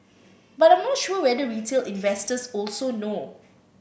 but I'm not sure whether retail investors also know